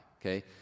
okay